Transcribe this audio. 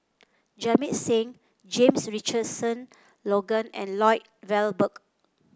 Jamit Singh James Richardson Logan and Lloyd Valberg